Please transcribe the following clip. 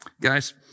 Guys